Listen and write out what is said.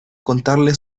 contarle